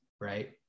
right